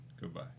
Goodbye